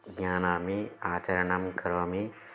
जानामि आचरणं करोमि